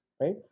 right